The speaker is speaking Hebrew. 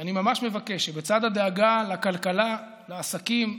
ואני ממש מבקש שבצד הדאגה לכלכלה, לעסקים,